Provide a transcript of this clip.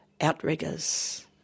outriggers